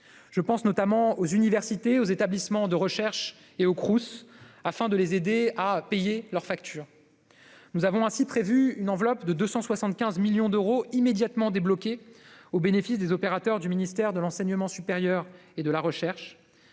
je pense notamment aux universités, aux établissements de recherche et aux centres régionaux des oeuvres universitaires et scolaires (Crous). Nous avons prévu une enveloppe de 275 millions d'euros, immédiatement débloquée au bénéfice des opérateurs du ministère de l'enseignement supérieur et de la recherche.